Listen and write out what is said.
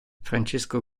francesco